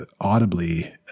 audibly